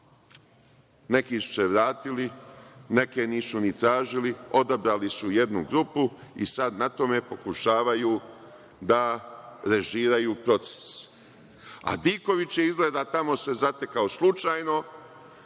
Neki su se vratili, neke nisu ni tražili. Odabrali su jednu grupu i sada na tome pokušavaju da režiraju proces. Diković se izgleda tamo zatekao slučajno,